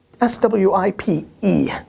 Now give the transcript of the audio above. S-W-I-P-E